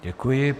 Děkuji.